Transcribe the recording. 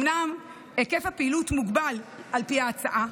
אומנם היקף הפעילות מוגבל על פי ההצעה,